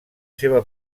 seva